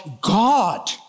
god